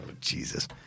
Jesus